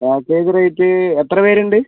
package rate എത്ര പേരുണ്ട്